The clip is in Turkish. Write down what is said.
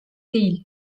değil